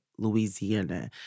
Louisiana